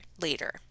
later